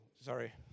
sorry